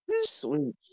Sweet